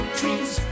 trees